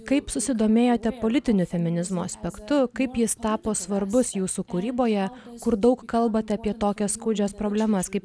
kaip susidomėjote politiniu feminizmo aspektu kaip jis tapo svarbus jūsų kūryboje kur daug kalbat apie tokias skaudžias problemas kaip